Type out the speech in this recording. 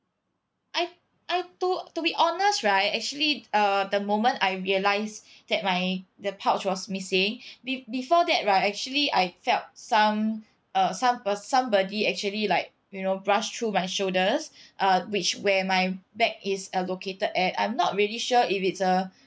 I I to to be honest right actually the uh the moment I've realised that my the pouch was missing be before that right actually I felt some uh some per~ somebody actually like you know brushed through my shoulders uh which where my bag is uh located at I'm not really sure if it's a